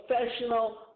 Professional